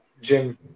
gym